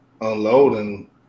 unloading